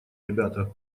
ребята